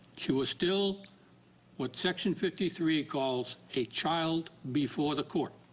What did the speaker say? she was still what section fifty three calls a child before the court.